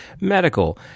medical